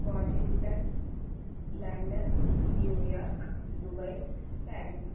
Washington London New York Dubai Paris